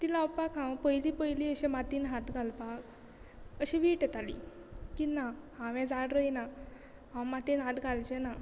ती लावपाक हांव पयलीं पयलीं अशे मातीन हात घालपाक अशी वीट येताली की ना हांव हें झाड रोयना हांव मातीन हात घालचें ना